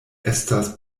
estas